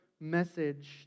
message